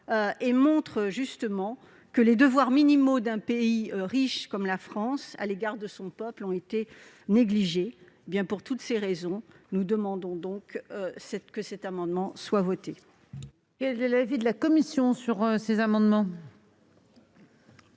et montrent justement que les devoirs minimaux d'un pays riche comme la France, envers son peuple, ont été négligés. Pour toutes ces raisons, nous demandons que cet amendement soit adopté. Quel est l'avis de la commission ? La notion